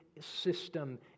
system